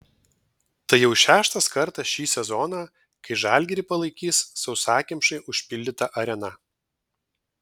tai jau šeštas kartas šį sezoną kai žalgirį palaikys sausakimšai užpildyta arena